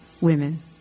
women